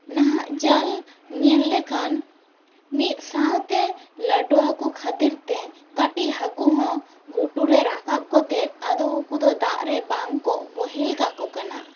ᱱᱟᱦᱟᱜ ᱡᱟᱞ ᱧᱮᱞ ᱞᱮᱠᱷᱟᱱ ᱢᱤᱫ ᱥᱟᱶ ᱛᱮ ᱞᱟᱹᱴᱩ ᱦᱟᱹᱠᱩ ᱠᱷᱟᱹᱛᱤᱨ ᱛᱮ ᱠᱟᱹᱴᱤᱡ ᱦᱟᱹᱠᱩ ᱦᱚᱸ ᱜᱷᱩᱴᱩ ᱨᱮ ᱨᱟᱠᱟᱵ ᱠᱟᱛᱮ ᱟᱫᱚ ᱩᱱᱠᱩ ᱫᱚ ᱫᱟᱜ ᱨᱮ ᱵᱟᱝ ᱠᱚ ᱵᱚᱦᱮᱞ ᱠᱟᱠᱚ ᱠᱟᱱᱟ